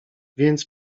więc